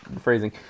phrasing